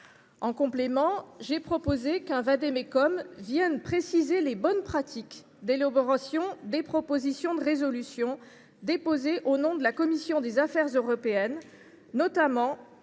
En complément, j’ai proposé qu’un vade mecum vienne préciser les bonnes pratiques d’élaboration des propositions de résolution déposées au nom de la commission des affaires européennes, notamment